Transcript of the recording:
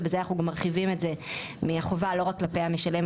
ובזה אנחנו מרחיבים את זה מהחובה לא רק כלפי המשלם,